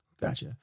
Gotcha